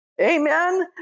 Amen